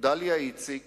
דליה איציק